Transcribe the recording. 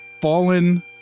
fallen